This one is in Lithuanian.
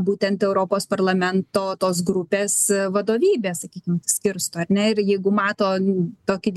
būtent europos parlamento tos grupės vadovybė sakykim skirsto ar ne ir jeigu mato tokį didesnį nelojalumą